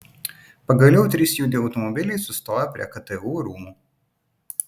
pagaliau trys juodi automobiliai sustojo prie ktu rūmų